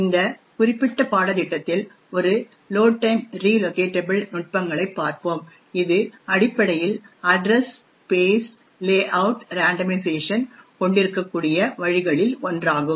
இந்த குறிப்பிட்ட பாடத்திட்டத்தில் ஒரு லோட் டைம் ரிலோகேட்டபிள் நுட்பங்களைப் பார்ப்போம் இது அடிப்படையில் அட்ரஸ் ஸ்பேஸ் லேஅவுட் ரேண்டமைசேஷன் கொண்டிருக்கக்கூடிய வழிகளில் ஒன்றாகும்